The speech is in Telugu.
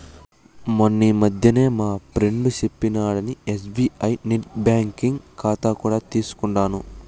మొన్నీ మధ్యనే మా ఫ్రెండు సెప్పినాడని ఎస్బీఐ నెట్ బ్యాంకింగ్ కాతా కూడా తీసుకుండాను